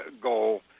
goal